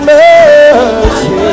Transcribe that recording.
mercy